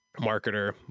marketer